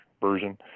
version